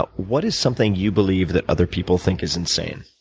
but what is something you believe that other people think is insane?